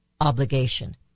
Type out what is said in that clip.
obligation